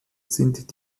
sind